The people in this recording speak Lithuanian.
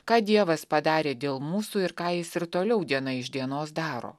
ką dievas padarė dėl mūsų ir ką jis ir toliau diena iš dienos daro